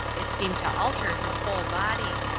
it seemed to alter his whole body.